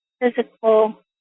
physical